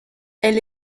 elle